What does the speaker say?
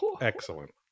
excellent